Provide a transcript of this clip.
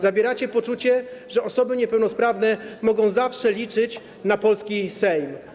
Zabieracie poczucie, że osoby niepełnosprawne mogą zawsze liczyć na polski Sejm.